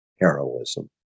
heroism